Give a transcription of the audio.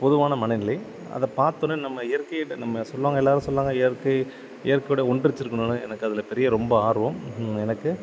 பொதுவான மனநிலை அதை பார்த்தோன்னே நம்ம இயற்கைகிட்ட நம்ம சொல்வாங்கள் எல்லாரும் சொல்வாங்கள் இயற்கை இயற்கையோட ஒன்றிச்சிருக்கணுன்னு எனக்கு அதுல பெரிய ரொம்ப ஆர்வம் எனக்கு